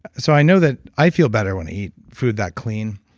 so i know that i feel better when i eat food that clean.